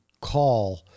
call